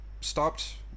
stopped